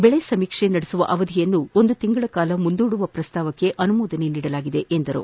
ಬೆಳೆ ಸಮೀಕ್ಷೆ ನಡೆಸುವ ಅವಧಿಯನ್ನು ಒಂದು ತಿಂಗಳ ಕಾಲ ಮುಂದೂಡುವ ಪ್ರಸ್ತಾವನೆಗೆ ಅನುಮೋದನೆ ನೀಡಲಾಗಿದೆ ಎಂದರು